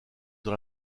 dans